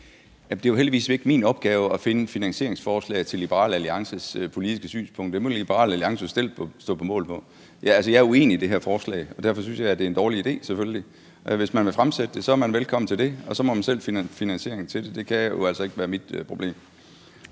det er jo heldigvis ikke min opgave at finde finansieringsforslag til Liberal Alliances politiske synspunkt. Det må Liberal Alliance selv stå på mål for. Altså, jeg er uenig i det her forslag, og derfor synes jeg selvfølgelig, det er en dårlig idé. Hvis man vil fremsætte det, er man velkommen til det, og så må man selv finde finansiering til det; det kan jo altså ikke være mit problem.